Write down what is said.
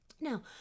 Now